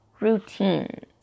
routines